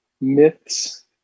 myths